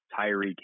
Tyreek